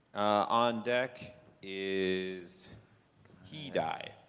on deck is hedai